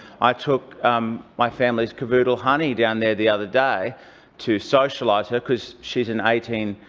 i took um my family's cavoodle, honey, down there the other day to socialise her because she's an eighteen